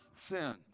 sin